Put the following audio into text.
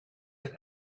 een